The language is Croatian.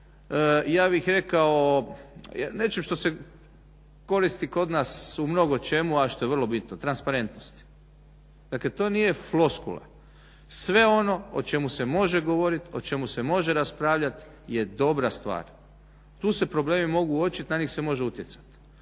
ja bih rekao nečim što se koristi kod nas u mnogo čemu a što je vrlo bitno transparentnosti. Dakle to nije floskula. Sve ono o čemu se može govoriti o čemu se može raspravljati je dobra stvar. Tu se problemi mogu uočit, na njih se može utjecat.